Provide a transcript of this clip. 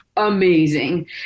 amazing